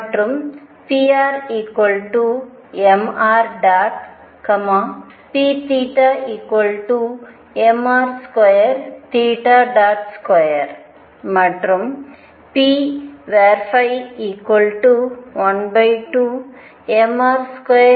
மற்றும் pr mr p mr22 மற்றும் p12mr22